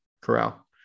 Corral